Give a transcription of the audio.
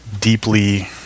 deeply